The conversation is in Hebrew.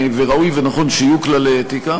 וראוי ונכון שיהיו כללי אתיקה,